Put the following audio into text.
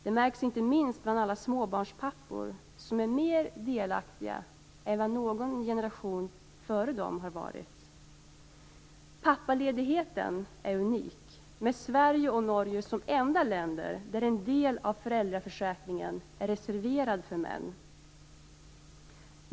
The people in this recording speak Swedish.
Det märks inte minst bland alla småbarnspappor, som är mer delaktiga än vad någon generation före dem har varit. Pappaledigheten är unik, och Sverige och Norge är de enda länder där en del av föräldraförsäkringen är reserverad för män.